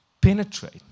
penetrate